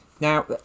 Now